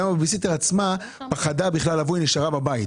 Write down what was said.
גם הבייביסיטר פחדה לבוא ונשארה בבית.